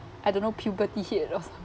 I don't know puberty hit or something